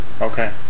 Okay